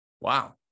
Wow